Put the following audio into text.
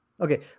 Okay